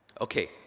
Okay